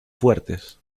fuertes